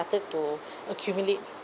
started to accumulate